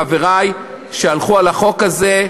חברי שהלכו על החוק הזה,